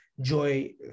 joy